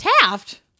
Taft